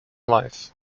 life